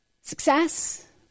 success